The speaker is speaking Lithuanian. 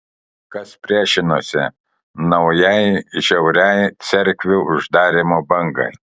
kas priešinosi naujai žiauriai cerkvių uždarymo bangai